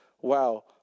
wow